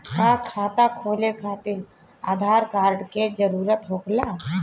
का खाता खोले खातिर आधार कार्ड के भी जरूरत होखेला?